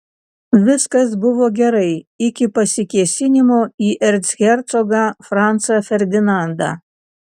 viskas buvo gerai iki pasikėsinimo į erchercogą francą ferdinandą